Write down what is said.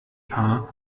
paar